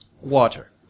water